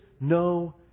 no